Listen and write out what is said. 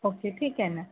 okay ठीक आहे ना